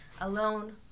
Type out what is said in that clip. Alone